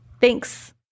thanks